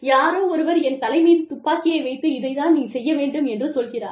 யாரோ ஒருவர் என் தலை மீது துப்பாக்கியை வைத்து இதை தான் நீ செய்ய வேண்டும் என்று சொல்கிறார்